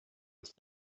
was